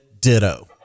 ditto